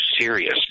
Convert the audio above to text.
serious